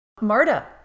Marta